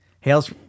hails